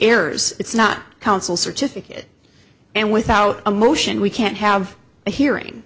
errors it's not counsel certificate and without a motion we can't have a hearing